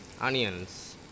onions